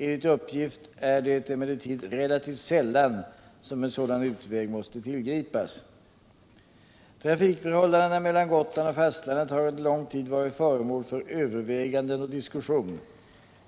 Enligt uppgift är det emellertid relativt sällan som en sådan utväg måste tillgripas. Trafikförhållandena mellan Gotland och fastlandet har under lång tid varit föremål för överväganden och diskussion.